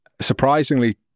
surprisingly